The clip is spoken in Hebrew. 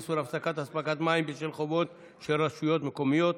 איסור הפסקת אספקת מים בשל חובות של רשויות מקומיות),